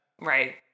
Right